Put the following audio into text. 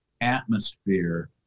atmosphere